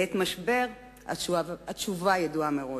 ובעת משבר התשובה ידועה מראש: